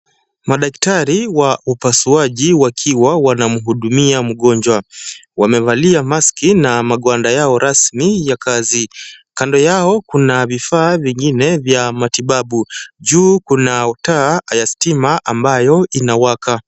Madaktari wa upasuaji wakiwa wanamhudumia mgonjwa. Wamevalia maski na magwanda yao rasmi ya kazi. Kando yao kuna vifaa vingine vya matibabu. Juu kuna taa ya sitima ambayo inawaka.